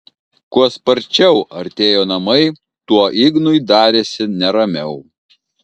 kuo sparčiau artėjo namai tuo ignui darėsi neramiau